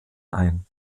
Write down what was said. ein